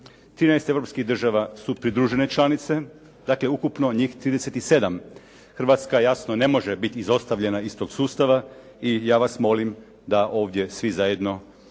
13 europskih država su pridružene članice, dakle ukupno njih 37. Hrvatska jasno ne može biti izostavljena iz tog sustava i ja vas molim da ovdje svi zajedno